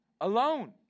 alone